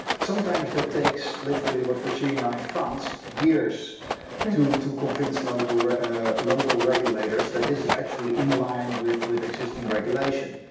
sometimes that takes, literally what we're seeing now in france, years to to convince local ah local regulators that this is actually in-line with with existing regulation.